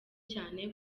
cyane